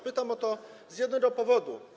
Pytam o to z jednego powodu.